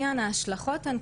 יש לנו סקסטורשן,